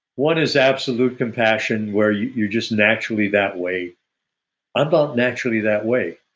one is absolute compassion where you're you're just naturally that way. i'm about naturally that way.